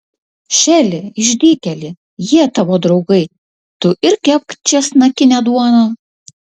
šeli išdykėli jie tavo draugai tu ir kepk česnakinę duoną